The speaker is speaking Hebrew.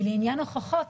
ולעניין הוכחות,